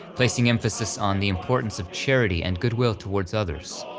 placing emphasis on the importance of charity and goodwill towards others,